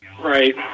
Right